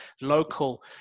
local